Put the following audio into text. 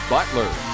Butler